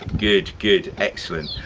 good, good, excellent.